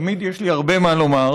תמיד יש לי הרבה מה לומר,